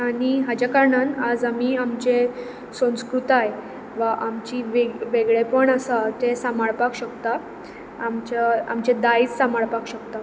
आनी हाचे कारणान आयज आमी आमचें संस्कृताय वा आमची वेग वेगळेपण आसा तें सांबाळपाक शकतात आमच्या आमचें दायज सांबाळपाक शकतात